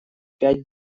пять